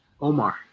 Omar